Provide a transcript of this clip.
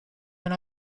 una